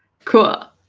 cool,